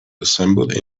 assembled